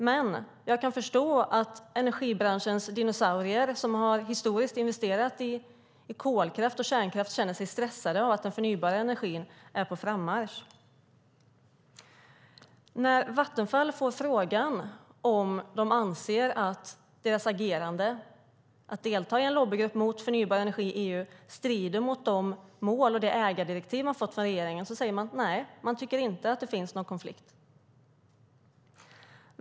Men jag kan förstå att energibranschens dinosaurier, som historiskt har investerat i kolkraft och kärnkraft, känner sig stressade av att den förnybara energin är på frammarsch. När Vattenfall får frågan om de anser att deras agerande, att delta i en lobbygrupp mot förnybar energi i EU, strider mot de mål och det ägardirektiv de fått från regeringen säger de att de inte tycker att det finns någon konflikt.